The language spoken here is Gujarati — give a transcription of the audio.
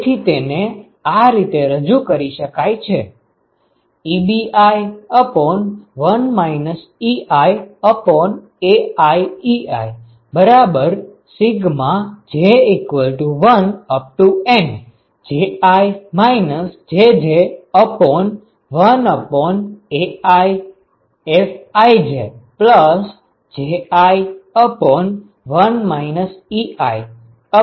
તેથી તેને આ રીતે રજુ કરી શકાય છે Ebi1 iAiij1Nji jj1AiFijji1 iAii